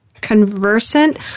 conversant